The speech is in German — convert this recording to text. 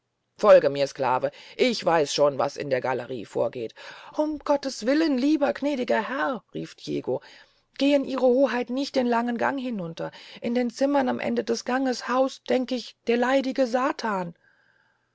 folge mir sclave ich weiß schon was in der gallerie vorgeht um gottes willen lieber gnädiger herr rief diego gehen ihre hoheit nicht den langen gang hinunter in den zimmern am ende des ganges haust denk ich der leidige satan